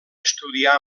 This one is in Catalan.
estudià